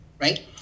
right